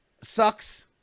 sucks